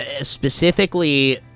Specifically